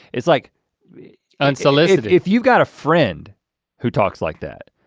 it's like unsolicited. if you've got a friend who talks like that,